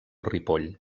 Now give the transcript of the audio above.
ripoll